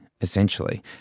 essentially